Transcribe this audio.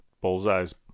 bullseyes